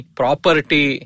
property